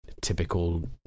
typical